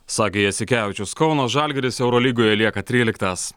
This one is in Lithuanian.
sakė jasikevičius kauno žalgiris eurolygoje lieka tryliktas